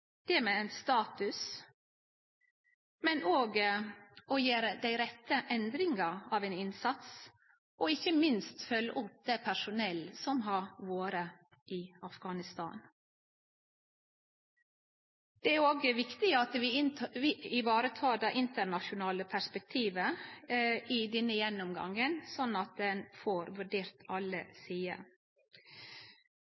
deltaking, det med status, men òg å gjere dei rette endringane av ein innsats og ikkje minst følgje opp det personellet som har vore i Afghanistan. Det er òg viktig at vi varetek det internasjonale perspektivet i denne gjennomgangen, slik at ein får vurdert alle